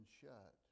shut